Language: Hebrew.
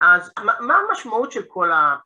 ‫אז מה המשמעות של כל ה...